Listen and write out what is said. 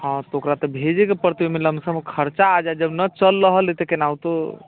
हँ तऽ ओकरा तऽ भेजयके पड़तै ओहिमे लम्प्सम खर्चा आ जायत जब न चलि रहल अइ तऽ केनाहितो